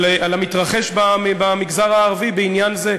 על המתרחש במגזר הערבי בעניין זה.